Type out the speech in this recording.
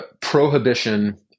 prohibition